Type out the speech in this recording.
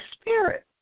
Spirit